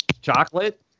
chocolate